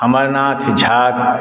अमरनाथ झाक